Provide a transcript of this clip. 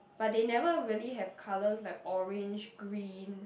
but they never really have colours like orange green